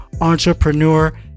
entrepreneur